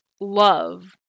love